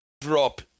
Drop